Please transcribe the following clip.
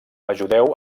ajudeu